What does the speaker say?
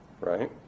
right